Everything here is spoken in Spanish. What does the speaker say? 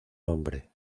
nombre